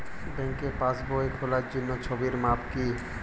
ব্যাঙ্কে পাসবই খোলার জন্য ছবির মাপ কী?